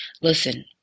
Listen